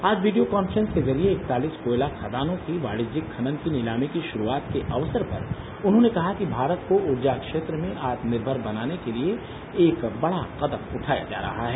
आज video conference के जरिए इकतालीस कोयला खदानों की वाणिज्यिक खनन की नीलामी की शुरूआत के अवसर पर उन्होंने कहा कि भारत को ऊर्जा क्षेत्र में आत्मनिर्मर बनाने के लिए एक बड़ा कदम उठाया जा रहा है